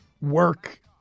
work